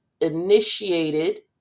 initiated